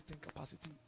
capacity